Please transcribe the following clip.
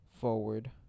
forward